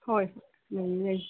ꯍꯣꯏ ꯂꯩꯌꯦ ꯂꯩꯌꯦ